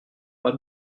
pas